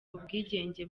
ubwigenge